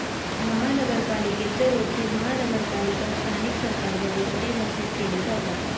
महानगरपालिकेच रोखे महानगरपालिका स्थानिक सरकारद्वारे परिभाषित केले जातात